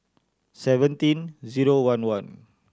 seventeen zero one one